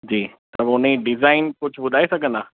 जी त उनजी डिज़ाइन कुझु ॿुधाए सघंदा